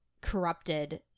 corrupted